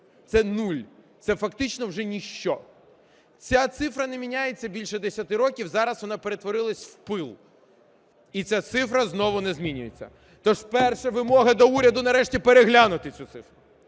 Це нуль, це фактично вже ніщо. Ця цифра не міняється більше 10 років, зараз вона перетворилася в пил. І ця цифра знову не змінюється. Тож перша вимога до уряду – нарешті переглянути цю цифру.